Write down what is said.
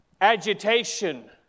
agitation